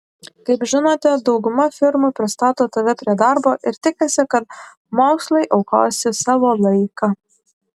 kaip žinote dauguma firmų pristato tave prie darbo ir tikisi kad mokslui aukosi savo laiką